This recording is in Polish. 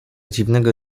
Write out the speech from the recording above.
dziwnego